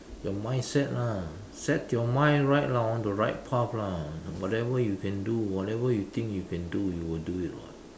your mindset lah set your mind right lah on the right path lah whatever you can do whatever you think you can do you will do it [what]